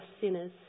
sinners